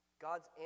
God's